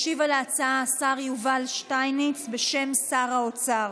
ישיב על ההצעה השר יובל שטייניץ, בשם שר האוצר.